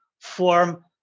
form